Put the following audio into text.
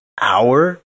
hour